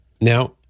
Now